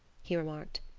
he remarked.